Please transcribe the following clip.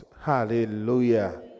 Hallelujah